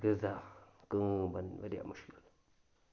غذا کٲم بَنہِ واریاہ مُشکِل